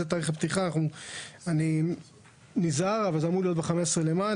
זה אמור להיות ב-15 במאי.